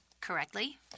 Correctly